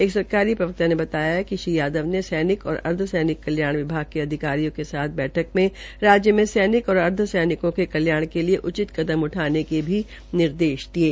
एक सरकारी प्रवक्ता ने कहा कि श्री यादव ने सैनिक और अर्धसैनिक कल्याण विभाग के अधिकारियों के साथ बैठक में राज्य में सैनिक और अर्धसैनिको के कल्याण के लिए उचित कदम उठाने के भी निर्देश दिये